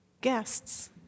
guests